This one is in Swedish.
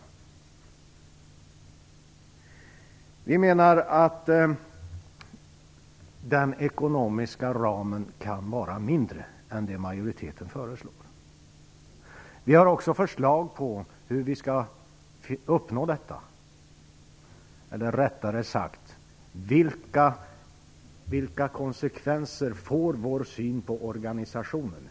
Vi menar att den ekonomiska ramen kan vara mindre än vad majoriteten föreslår. Vi har också förslag om hur detta skall uppnås. Eller rättare sagt: Vilka konsekvenser får vår syn på organisationen?